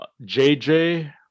JJ